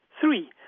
Three